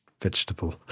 vegetable